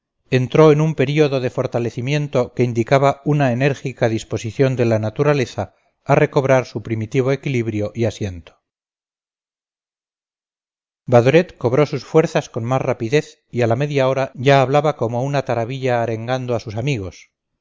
entró en un período de fortalecimiento que indicaba una enérgica disposición de la naturaleza a recobrar su primitivo equilibrio y asiento badoret cobró sus fuerzas con más rapidez y a la media hora ya hablaba como una tarabilla arengando a sus amigos